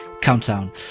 countdown